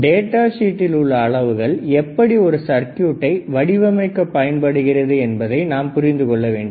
data ஷீட்டில் உள்ள அளவுகள் எப்படி ஒரு சர்க்யூட்டை வடிவமைக்க பயன்படுகிறது என்பதை நாம் புரிந்து கொள்ள வேண்டும்